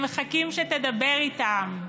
הם מחכים שתדבר איתם.